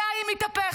עליי היא מתהפכת,